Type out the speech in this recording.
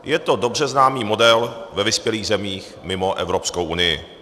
Je to dobře známý model ve vyspělých zemích mimo Evropskou unii.